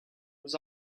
was